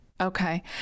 Okay